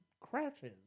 crashes